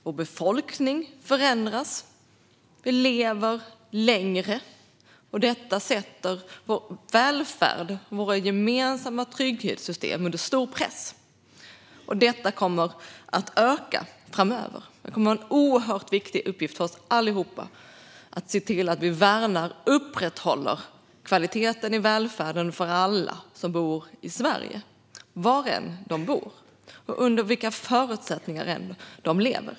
Vår befolkning förändras, och vi lever längre, vilket sätter vår välfärd och våra gemensamma trygghetssystem under stor press. Befolkningen kommer att öka framöver, och därför är det en viktig uppgift för oss allihop att värna och upprätthålla kvaliteten i välfärden för alla som bor i Sverige, var än man bor och oavsett under vilka förutsättningar man lever.